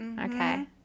Okay